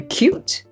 cute